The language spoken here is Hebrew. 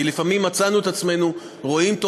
כי לפעמים מצאנו את עצמנו רואים בערוץ